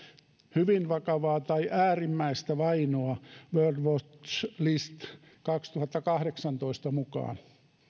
hyvin vakavaa tai äärimmäistä vainoa world watch list kaksituhattakahdeksantoistan mukaan